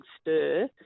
stir